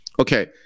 okay